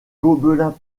gobelins